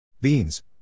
Beans